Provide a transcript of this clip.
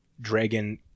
Dragon